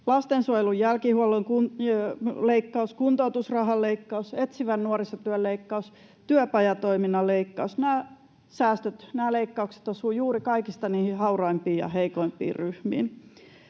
Lastensuojelun jälkihuollon leikkaus, kuntoutusrahan leikkaus, etsivän nuorisotyön leikkaus, työpajatoiminnan leikkaus, nämä säästöt, nämä leikkaukset, osuvat juuri niihin kaikista hauraimpiin ja heikoimpiin ryhmiin.